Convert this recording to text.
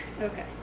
Okay